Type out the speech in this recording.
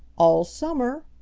all summer.